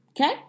Okay